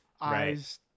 eyes